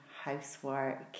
housework